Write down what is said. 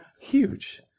Huge